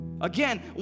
Again